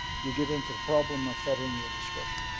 you get into the problem of fettering your discretion.